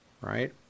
right